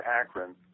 Akron